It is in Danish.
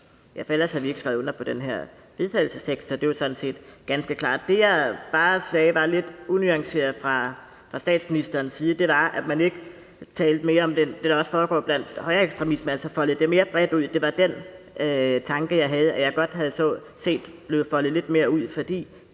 for ellers havde vi ikke skrevet under på det forslag til vedtagelse, så det er sådan set ganske klart. Det, jeg bare sagde var lidt unuanceret fra statsministerens side, var, at man ikke talte mere om det, der også foregår blandt højreekstremister, altså foldede det mere bredt ud. Det var den tanke, jeg havde – at jeg godt havde set det blive foldet lidt mere ud, fordi